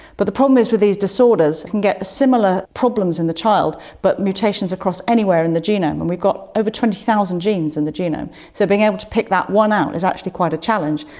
but the problem is with these disorders, you can get similar problems in the child, but mutations across anywhere in the genome. and we've got over twenty thousand genes in the genome. so being able to pick that one out is actually quite a challenge,